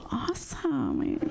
awesome